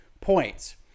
points